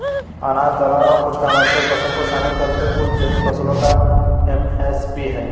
अनाज दलहन और कुछ कमर्शियल फसल को शामिल करके कुल तेईस फसलों का एम.एस.पी है